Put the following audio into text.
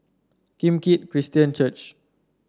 Kim Keat Christian Church